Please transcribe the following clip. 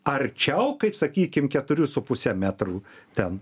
arčiau kaip sakykim keturių su puse metrų ten